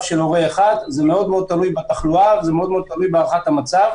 של הורה אחד; זה מאוד תלוי בתחלואה ומאוד תלוי בהערכת המצב.